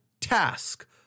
task